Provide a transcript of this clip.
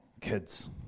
Kids